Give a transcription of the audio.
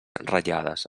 ratllades